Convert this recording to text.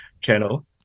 channel